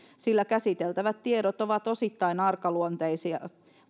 sillä käsiteltävät tiedot ovat osittain arkaluonteisia